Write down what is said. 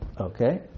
Okay